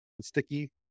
Sticky